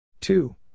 Two